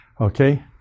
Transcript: Okay